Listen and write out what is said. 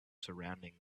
surrounding